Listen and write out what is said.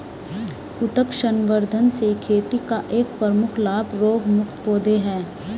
उत्तक संवर्धन से खेती का एक प्रमुख लाभ रोगमुक्त पौधे हैं